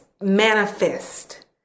manifest